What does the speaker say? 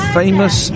famous